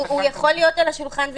הוא יכול להיות על השולחן,